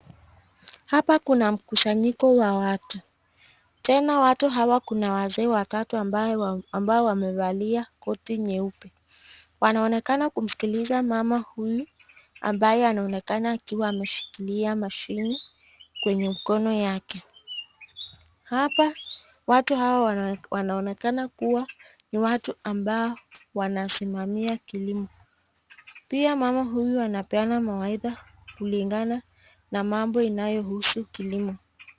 Hapa kuna mkusanyiko wa watu. Tena watu hawa ,kuna wazee watatu ambao wamevalia koti nyeupe. Wanaonekana kumsikiliza mama huyu ambaye anaonekana akiwa ameshikilia mashini kwenye mkono yake .Hapa watu hawa wanaonekana kuwa ni watu ambao wanasimamia kilimo .Pia mama huyu anapeana mawaidha kulingana na mambo inayohusu kilimo.